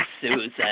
Susan